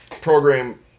program